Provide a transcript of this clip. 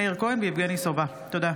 מאיר כהן ויבגני סובה בנושא: